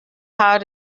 how